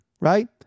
right